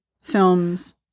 films